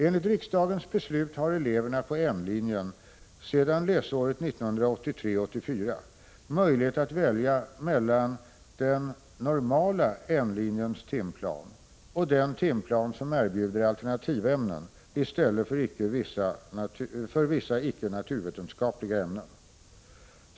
Enligt riksdagens beslut har eleverna på N-linjen sedan läsåret 1983/84 möjlighet att välja mellan den ”normala” N-linjens timplan och den timplan som erbjuder alternativämnen i stället för vissa icke-naturvetenskapliga ämnen.